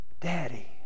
Daddy